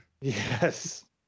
Yes